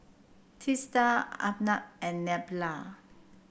Teesta Arnab and Neila